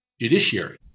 judiciary